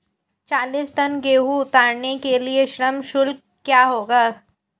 चालीस टन गेहूँ उतारने के लिए श्रम शुल्क क्या होगा?